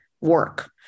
work